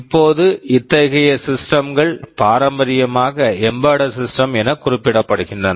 இப்போது இத்தகைய systems systems கள் பாரம்பரியமாக எம்பெடெட் சிஸ்டம்ஸ் Embedded Systemsஎன குறிப்பிடப்படுகின்றன